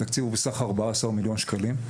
התקציב הוא בסך 14 מיליון שקלים,